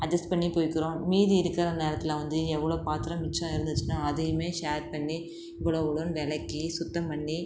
adjust பண்ணி போய்கிறோம் மீதி இருக்கிற நேரத்தில் வந்து எவ்வளோ பாத்திரம் மிச்சம் இருந்துச்சுனால் அதையுமே ஷேர் பண்ணி கூட கூட விளக்கி சுத்தம் பண்ணி